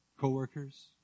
coworkers